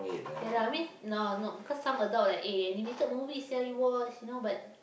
ya lah I mean now ah not cause some adult like eh animated sia you watch you know but